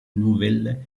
nouvelle